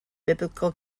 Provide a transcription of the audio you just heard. biblical